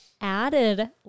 added